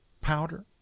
powder